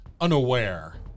unaware